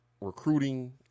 recruiting